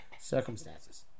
circumstances